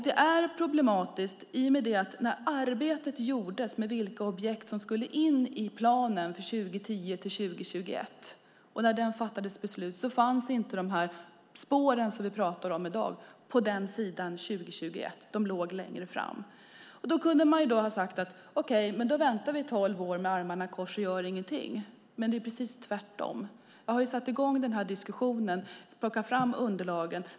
Det är problematiskt, i och med att när arbetet gjordes med vilka objekt som skulle in i planen för 2010-2021 och när det beslutet fattades fanns inte de spår som vi pratar om i dag på den sidan om 2021, utan de låg längre fram. Då kunde man ha sagt: Okej, men då väntar vi i tolv år med armarna i kors och gör ingenting. Men det är precis tvärtom. Jag har satt i gång den här diskussionen och plockat fram underlagen.